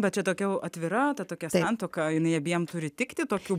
bet čia tokia au atvira ta tokia santuoka jinai abiem turi tikti tokių